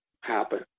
Happen